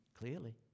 clearly